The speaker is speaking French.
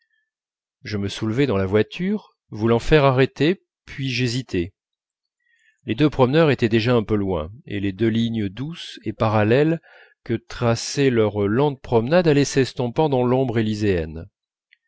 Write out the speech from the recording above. je me soulevai dans la voiture voulant faire arrêter puis j'hésitai les deux promeneurs étaient déjà un peu loin et les deux lignes douces et parallèles que traçait leur lente promenade allaient s'estompant dans l'ombre élyséenne